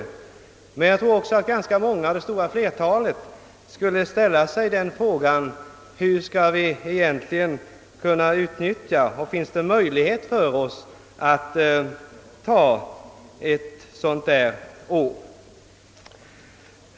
Men jag tror också att det stora flertalet skulle ställa sig frågan: Hur skall vi egentligen kunna utnyttja ledigheten och finns det möjligheter för oss att ta ett sådant år?